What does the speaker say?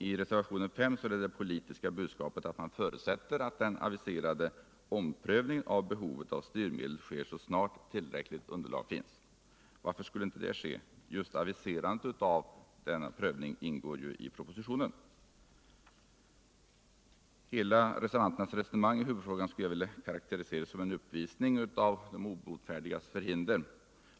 I reservationen 5 är det politiska budskapet att man förutsätter att den aviserade omprövningen av behovet av styrmedel sker så snart tillräckligt underlag finns. Varför skulle inte detta ske? Just aviserandet av omprövningen ingår ju i propositionen. Hela reservanternas resonemang i huvudfrågan skulle jag vilja karaktirisera såsom en uppvisning av den obotfärdiges förhinder.